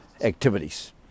activities